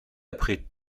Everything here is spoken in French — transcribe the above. après